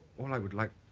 all i would like